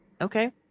okay